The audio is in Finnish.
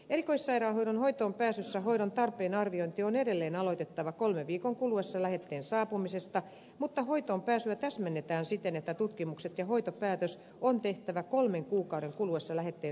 erikoissairaanhoidon hoitoon pääsyssä hoidon tarpeen arviointi on edelleen aloitettava kolmen viikon kuluessa lähetteen saapumisesta mutta hoitoonpääsyä täsmennetään siten että tutkimukset ja hoitopäätös on tehtävä kolmen kuukauden kuluessa lähetteen saapumisesta